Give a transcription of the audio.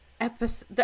episode